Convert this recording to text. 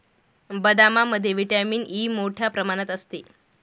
बदामामध्ये vitamin E मोठ्ठ्या प्रमाणात असते